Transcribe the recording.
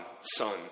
son